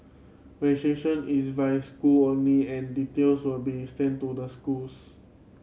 is via school only and details will be sent to the schools